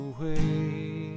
away